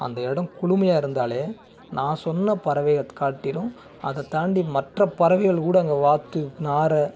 அந்த இடம் குளுமையாக இருந்தாலே நான் சொன்ன பறவையை காட்டிலும் அதை தாண்டி மற்ற பறவைகள் கூட அங்கே வாத்து நார